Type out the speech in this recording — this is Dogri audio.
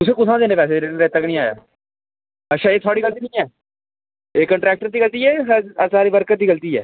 तुसें कुत्थुआं देने पैसे रेत्ता गै निं आया अच्छा एह् थुआढ़ी गलती निं ऐ एह् कन्ट्रैक्टर दी गलती ऐ जां सा साढ़ी वर्कर दी गलती ऐ